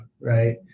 right